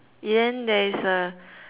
there is a